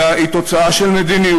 אלא היא תוצאה של מדיניות,